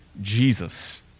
Jesus